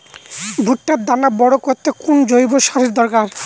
ভুট্টার দানা বড় করতে কোন জৈব সারের দরকার?